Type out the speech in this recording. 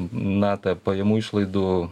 na tą pajamų išlaidų